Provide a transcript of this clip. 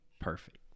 Perfect